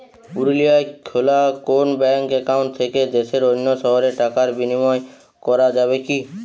পুরুলিয়ায় খোলা কোনো ব্যাঙ্ক অ্যাকাউন্ট থেকে দেশের অন্য শহরে টাকার বিনিময় করা যাবে কি?